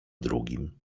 drugim